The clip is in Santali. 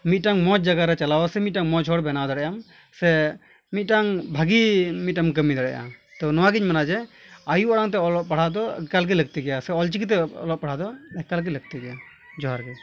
ᱢᱤᱫᱴᱟᱝ ᱢᱚᱡᱽ ᱡᱟᱜᱟᱨᱮ ᱪᱟᱞᱟᱣᱟ ᱥᱮ ᱢᱤᱫᱴᱟᱝ ᱢᱚᱡᱽ ᱦᱚᱲ ᱵᱮᱱᱟᱣ ᱰᱟᱲᱮᱭᱟᱜᱟᱢ ᱥᱮ ᱢᱤᱫᱴᱟᱝ ᱵᱷᱟᱜᱮ ᱢᱤᱫᱴᱟᱝᱮᱢ ᱠᱟᱹᱢᱤ ᱫᱟᱲᱮᱭᱟᱜᱼᱟ ᱛᱳ ᱱᱚᱣᱟᱜᱮᱧ ᱢᱮᱱᱟ ᱡᱮ ᱟᱭᱳ ᱟᱲᱟᱝᱛᱮ ᱚᱞᱚᱜ ᱯᱟᱲᱦᱟᱣᱫᱚ ᱮᱠᱟᱞᱜᱮ ᱞᱟᱹᱠᱛᱤ ᱜᱮᱭᱟ ᱥᱮ ᱚᱞᱪᱤᱠᱤᱛᱮ ᱚᱞᱚᱜ ᱯᱟᱲᱦᱟᱜᱫᱚ ᱮᱠᱟᱞᱜᱮ ᱞᱟᱹᱠᱛᱤ ᱜᱮᱭᱟ ᱡᱚᱦᱟᱨ ᱜᱮ